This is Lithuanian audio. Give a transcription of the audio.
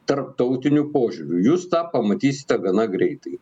tarptautiniu požiūriu jūs tą pamatysite gana greitai